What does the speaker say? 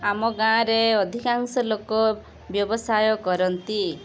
ଆମ ଗାଁରେ ଅଧିକାଂଶ ଲୋକ ବ୍ୟବସାୟ କରନ୍ତି